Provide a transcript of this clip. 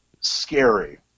Scary